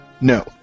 No